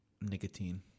nicotine